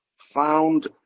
found